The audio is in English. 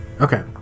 Okay